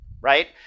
right